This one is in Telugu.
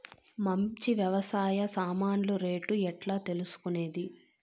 మంచి వ్యవసాయ సామాన్లు రేట్లు ఎట్లా తెలుసుకునేది?